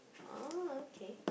uh okay